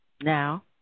Now